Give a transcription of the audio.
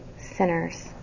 sinners